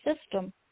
system